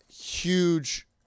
huge